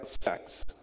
sex